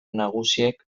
nagusiek